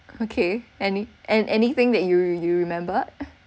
okay any~ and anything that you you remember